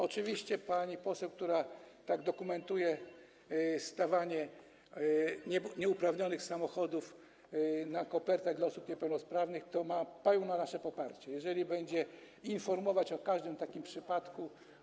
Oczywiście pani poseł, która tak dokumentuje stawianie nieuprawnionych samochodów na kopertach dla osób niepełnosprawnych, ma nasze pełne poparcie, jeżeli będzie informować o każdym takim przypadku.